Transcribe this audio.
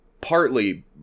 Partly